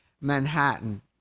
Manhattan